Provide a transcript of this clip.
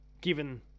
given